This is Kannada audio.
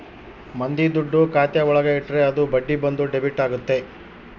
ಮಂದಿ ದುಡ್ಡು ಖಾತೆ ಒಳಗ ಇಟ್ರೆ ಅದು ಬಡ್ಡಿ ಬಂದು ಡೆಬಿಟ್ ಆಗುತ್ತೆ